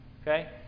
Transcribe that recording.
okay